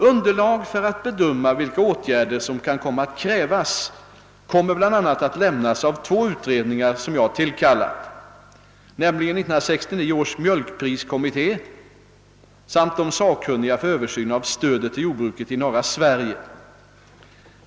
Underlag för att bedöma vilka åtgärder som kan komma att krävas kommer bl.a. att lämnas av två utredningar jag tillkallat, nämligen 1969 års mjölkpriskommitté samt de sakkunniga för översyn av stödet till jordbruket i norra Sverige.